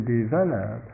develop